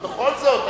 בכל זאת,